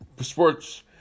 sports